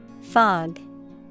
Fog